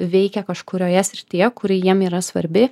veikia kažkurioje srityje kuri jiem yra svarbi